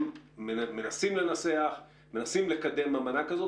מנסים לנסח ומנסים לקדם אמנה כזאת?